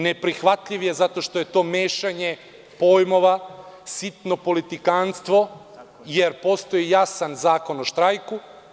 Neprihvatljiv je zato što je to mešanje pojmova, sitno politikanstvo, jer postoji jasan Zakon o štrajku.